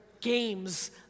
games